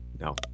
no